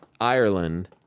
Ireland